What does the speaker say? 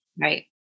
Right